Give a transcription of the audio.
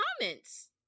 comments